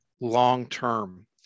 long-term